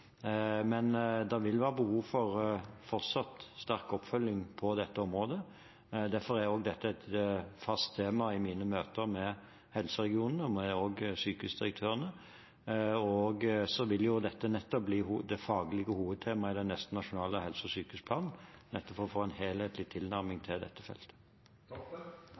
men det vil fortsatt være behov for sterk oppfølging på dette området. Derfor er dette et fast tema i mine møter med helseregionene og også med sykehusdirektørene, og det vil bli det faglige hovedtemaet i den neste nasjonale helse- og sykehusplanen for å få en helhetlig tilnærming til dette